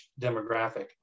demographic